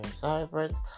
vibrant